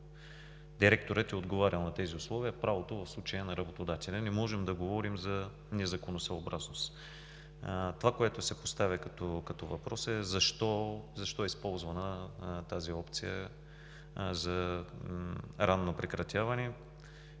директорът е отговарял на тези условия. В случая правото е на работодателя. Не можем да говорим за незаконосъобразност. Това, което се поставя като въпрос, е: защо е използвана тази опция за ранно прекратяване?